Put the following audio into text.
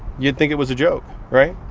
you'd think it was a joke, right?